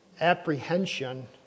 apprehension